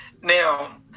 Now